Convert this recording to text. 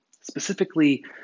specifically